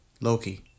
Loki